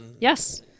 Yes